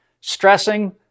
Stressing